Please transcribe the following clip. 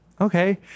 Okay